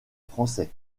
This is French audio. français